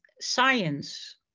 science